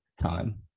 time